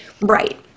Right